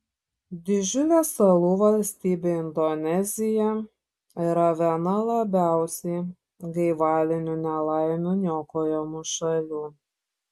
didžiulė salų valstybė indonezija yra viena labiausiai gaivalinių nelaimių niokojamų šalių